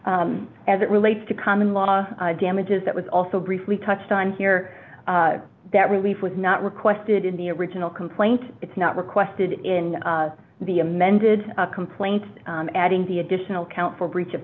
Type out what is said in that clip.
dollars as it relates to common law damages that was also briefly touched on here that relief was not requested in the original complaint it's not requested in the amended complaint adding the additional count for breach of